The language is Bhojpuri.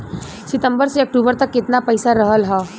सितंबर से अक्टूबर तक कितना पैसा रहल ह?